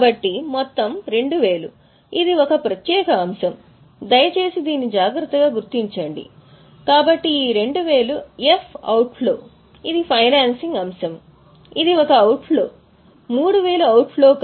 కాబట్టి మొత్తం 2000 ఇది ఒక ప్రత్యేక అంశం దయచేసి దీన్ని జాగ్రత్తగా గుర్తించండి కాబట్టి ఈ 2000 ఎఫ్ అవుట్ ఫ్లో ఇది ఫైనాన్సింగ్ అంశం ఇది ఒక అవుట్ ఫ్లో 3000 అవుట్ ఫ్లో కాదు